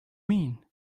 mean